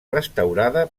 restaurada